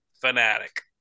fanatic